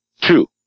Two